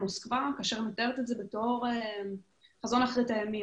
למוסקבה והיא מתארת את זה כחזון אחרית הימים.